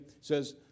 says